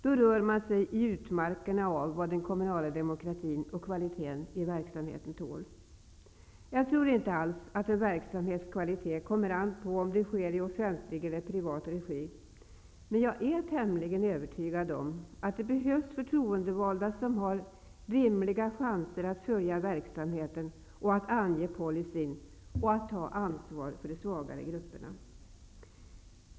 Då rör man sig i utmarkerna av vad den kommunala demokratin och kvaliteten i verksamheten tål. Jag tror inte alls att en verksamhets kvalitet kommer an på om den bedrivs i offentlig eller privat regi. Men jag är tämligen övertygad om att det behövs förtroendevalda som har rimliga chanser att följa verksamheten, att ange policyn och att ta ansvar för de svagare grupperna.